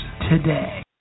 today